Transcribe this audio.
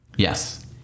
Yes